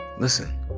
Listen